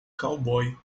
cowboy